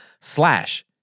slash